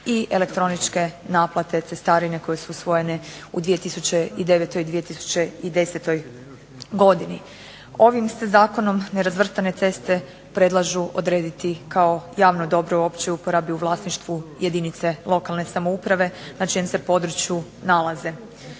i elektroničke naplate cestarine koje su usvojene u 2009. i 2010. godini. Ovim se Zakonom nerazvrstane ceste predlažu odrediti kao javno dobro u općoj uporabi u vlasništvu jedinice lokalne samouprave na čijem se području nalaze.